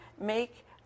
make